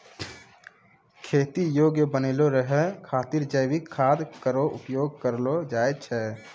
खेती योग्य बनलो रहै खातिर जैविक खाद केरो उपयोग करलो जाय छै